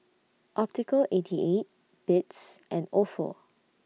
Optical eighty eight Beats and Ofo